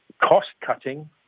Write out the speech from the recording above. cost-cutting